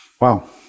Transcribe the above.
Wow